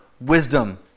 wisdom